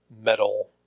metal